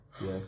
Yes